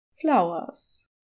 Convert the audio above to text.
flowers